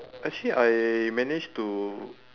actually I managed to